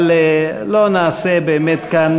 אבל לא נעשה באמת כאן,